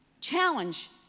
challenge